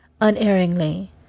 unerringly